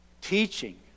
teaching